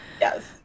yes